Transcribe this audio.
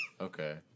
Okay